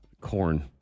Corn